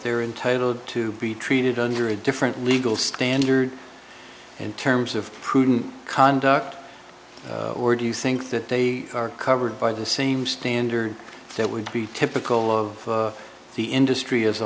they're entitle to be treated under a different legal standard in terms of prudent conduct or do you think that they are covered by the same standard that would be typical of the industry as a